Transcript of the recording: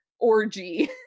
orgy